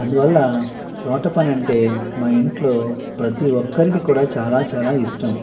అందువల్ల తోట పనంటే మా ఇంట్లో ప్రతి ఒక్కరికి కూడా చాలా చాలా ఇష్టం